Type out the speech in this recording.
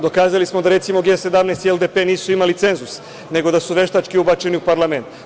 Dokazali smo da, recimo, G 17 i LDP nisu imali cenzus, nego da su veštački ubačeni u parlament.